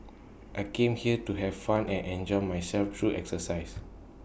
I came here to have fun and enjoy myself through exercise